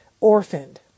orphaned